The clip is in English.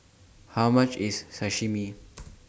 How much IS Sashimi